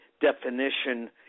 definition